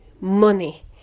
money